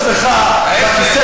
ההפך,